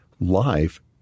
life